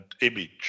image